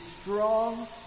strong